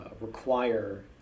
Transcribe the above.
require